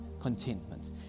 contentment